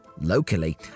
Locally